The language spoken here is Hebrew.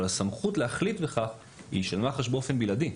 אבל הסמכות להחליט בכך היא של מח"ש באופן בלעדי,